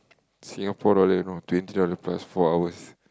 Singapore dollar you know twenty dollar plus four hours